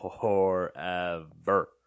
Forever